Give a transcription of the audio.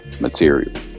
material